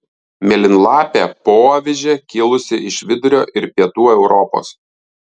mėlynlapė poavižė kilusi iš vidurio ir pietų europos